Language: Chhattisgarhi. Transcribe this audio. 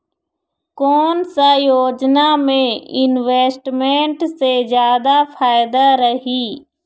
कोन सा योजना मे इन्वेस्टमेंट से जादा फायदा रही?